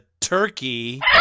turkey